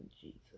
Jesus